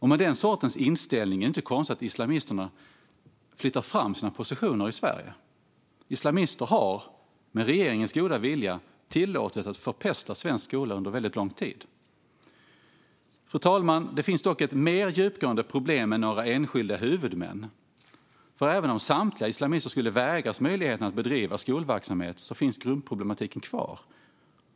Med den sortens inställning är det inte konstigt att islamisterna flyttar fram sina positioner i Sverige. Islamister har, med regeringens goda minne, tillåtits att förpesta svensk skola under väldigt lång tid. Fru talman! Det finns dock ett mer djupgående problem än några enskilda huvudmän. Även om samtliga islamister skulle förvägras möjligheten att bedriva skolverksamhet finns nämligen grundproblematiken kvar.